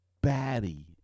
Batty